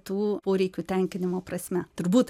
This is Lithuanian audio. tų poreikių tenkinimo prasme turbūt